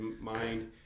mind